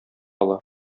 ала